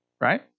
right